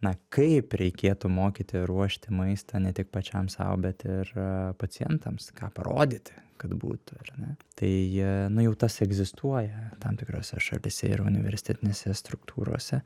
na kaip reikėtų mokyti ruošti maistą ne tik pačiam sau bet ir pacientams ką parodyti kad būtų ar ne tai jie na jau tas egzistuoja tam tikrose šalyse ir universitetinėse struktūrose